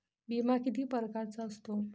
बिमा किती परकारचा असतो?